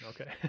okay